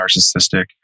narcissistic